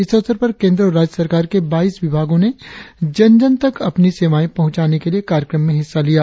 इस अवसर पर केंद्र और राज्य सरकार के बाईस विभागों ने जन जन तक अपने सेवाए पहुंचाने के लिए कार्यक्रम में हिस्सा लिया